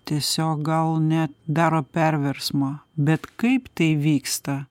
tiesiog gal net daro perversmą bet kaip tai vyksta